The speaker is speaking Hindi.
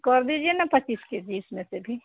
कर दीजिए न पचीस के जी इसमें से भी